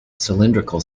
cylindrical